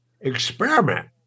experiment